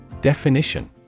DEFINITION